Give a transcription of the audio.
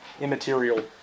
immaterial